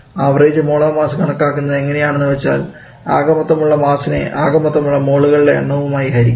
average molar mass കണക്കാക്കുന്നത് എങ്ങനെയാണെന്ന് വെച്ചാൽ ആകെമൊത്തം ഉള്ള മാസിനെ ആകെമൊത്തം ഉള്ള മോളുകളുടെ എണ്ണവുമായി ഹരിക്കണം